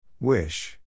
Wish